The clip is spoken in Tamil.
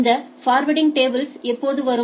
இந்த ஃபர்வேர்டிங் டேபிள்கள் எப்போது வரும்